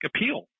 appeal